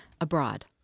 abroad